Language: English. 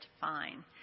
fine